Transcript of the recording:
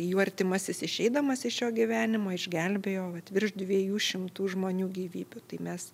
jų artimasis išeidamas iš šio gyvenimo išgelbėjo vat virš dviejų šimtų žmonių gyvybių tai mes